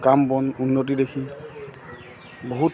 কাম বন উন্নতি দেখি বহুত